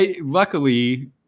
luckily